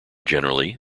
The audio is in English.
generally